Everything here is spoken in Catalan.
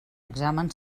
examen